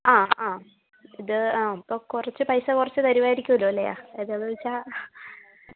ആ ആ ഇത് ആ അപ്പോൾ കുറച്ചു പൈസ കുറച്ചു തരുമായിരിക്കുമല്ലോ അല്ല എന്താണെന്നു വച്ചാൽ